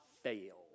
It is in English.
fail